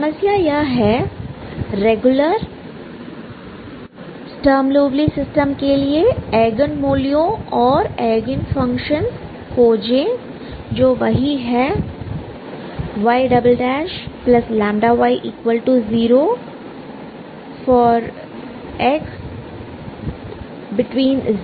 समस्या यह है रेगुलर SL सिस्टम के लिए एगेन मूल्यों और एगेन फंक्शनस खोजें जो वही है y λy0